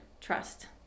trust